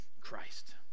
Christ